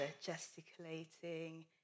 gesticulating